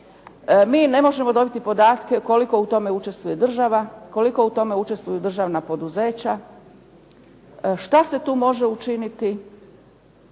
mi ne možemo dobiti podatke koliko u tome učestvuje država, koliko u tome učestvuju državna poduzeća, šta se tu može učiniti,